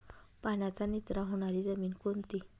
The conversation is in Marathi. पाण्याचा निचरा होणारी जमीन कोणती?